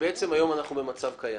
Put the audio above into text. בעצם היום אנחנו במצב קיים